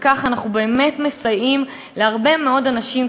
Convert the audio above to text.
בכך אנחנו באמת מסייעים להרבה מאוד אנשים,